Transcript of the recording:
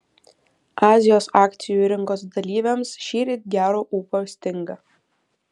azijos akcijų rinkos dalyviams šįryt gero ūpo stinga